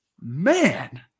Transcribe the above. man